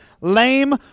lame